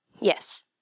Yes